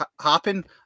happen